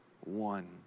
one